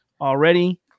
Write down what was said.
already